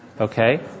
okay